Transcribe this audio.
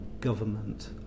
government